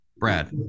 Brad